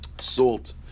salt